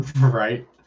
Right